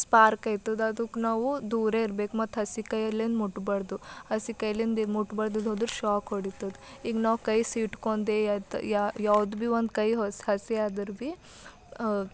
spark ಆಗ್ತದ ಅದಕ್ಕೆ ನಾವು ದೂರೇ ಇರಬೇಕು ಮತ್ತು ಹಸಿಕೈಯಲ್ಲೆನು ಮುಟ್ಬಾರದು ಹಸಿಕೈಯಿನಿಂದ ಮುಟ್ಬಾರ್ದಿದು ಹೋದ್ರೆ ಶಾಕ್ ಹೊಡೀತದೆ ಈಗ ನಾವು ಕೈಸಿಡ್ಕೊಂಡೇ ಅತ್ತ ಯಾವ್ದು ಭೀ ಒಂದು ಕೈ ಹೊಸ ಹಸಿ ಆದ್ರು ಭೀ